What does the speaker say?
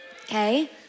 Okay